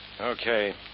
Okay